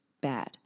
bad